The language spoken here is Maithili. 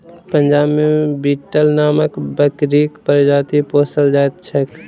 पंजाब मे बीटल नामक बकरीक प्रजाति पोसल जाइत छैक